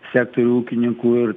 sektorių ūkininkų ir